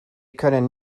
können